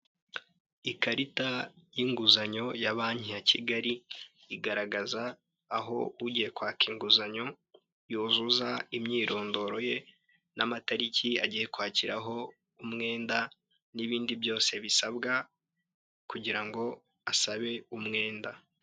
Ikarita y'inguzanyo ya Banki ya kigali, igaragaza aho ugiye kwaka inguzanyo yuzuza imyirondoro ye n'amatariki agiye kwakiraho umwenda n'ibindi byose bisabwa kugira ngo asabe umwenda.